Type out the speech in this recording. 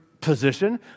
position